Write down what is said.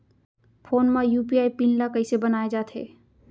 Phone म UPI pin ल कइसे बनाये जाथे?